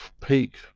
peak